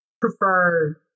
prefer